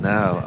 Now